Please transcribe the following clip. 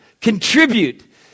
Contribute